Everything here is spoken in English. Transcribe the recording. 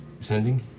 Sending